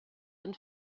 ein